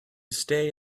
stay